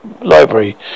library